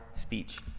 speech